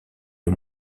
les